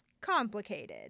complicated